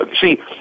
see